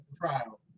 trial